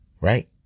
Right